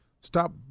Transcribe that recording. Stop